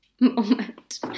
moment